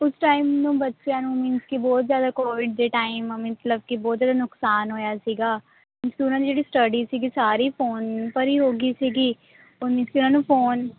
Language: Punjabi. ਉਸ ਟਾਈਮ ਨੂੰ ਬੱਚਿਆਂ ਨੂੰ ਮੀਨਸ ਕਿ ਬਹੁਤ ਜ਼ਿਆਦਾ ਕੋਵਿਡ ਦੇ ਟਾਈਮ ਮੀਨਜ ਮਤਲਬ ਕਿ ਬਹੁਤ ਜ਼ਿਆਦਾ ਨੁਕਸਾਨ ਹੋਇਆ ਸੀਗਾ ਉਹਨਾਂ ਦੀ ਜਿਹੜੀ ਸਟਡੀ ਸੀਗੀ ਸਾਰੀ ਫੋਨ ਪਰ ਹੀ ਹੋ ਗਈ ਸੀਗੀ ਉਹਨਾਂ ਨੂੰ ਫੋਨ